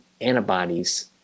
antibodies